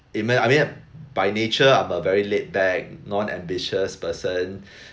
mean I mean by nature I'm a very laid back non ambitious person